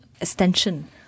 extension